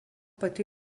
pati